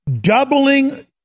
doubling